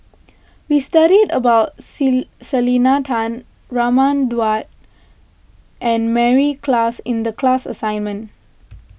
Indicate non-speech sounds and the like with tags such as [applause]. we studied about [unintelligible] Selena Tan Raman Daud and Mary Klass in the class assignment